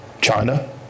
China